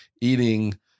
eating